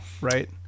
right